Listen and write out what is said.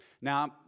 Now